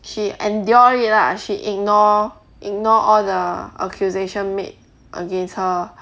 she endure it lah she ignore ignore all the accusation made against her